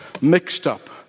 mixed-up